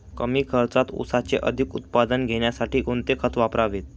कमी खर्चात ऊसाचे अधिक उत्पादन घेण्यासाठी कोणते खत वापरावे?